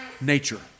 nature